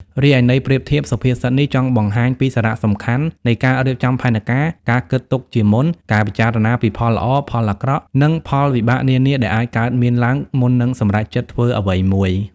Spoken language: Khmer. រីឯន័យប្រៀបធៀប សុភាសិតនេះចង់បង្ហាញពីសារៈសំខាន់នៃការរៀបចំផែនការ ការគិតទុកជាមុន ការពិចារណាពីផលល្អផលអាក្រក់ និងផលវិបាកនានាដែលអាចកើតមានឡើង មុននឹងសម្រេចចិត្តធ្វើអ្វីមួយ។